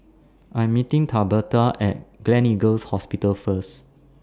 I'm meeting Tabetha At Gleneagles Hospital First